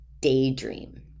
daydream